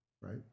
Right